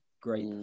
Great